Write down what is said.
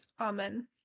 Amen